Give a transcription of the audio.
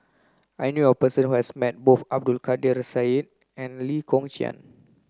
I knew a person who has met both Abdul Kadir Syed and Lee Kong Chian